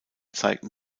zeigten